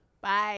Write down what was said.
Bye